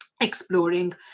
exploring